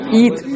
eat